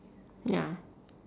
ya